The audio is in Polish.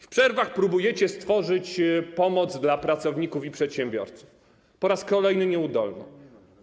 W przerwach próbujecie stworzyć pomoc dla pracowników i przedsiębiorców, po raz kolejny nieudolną.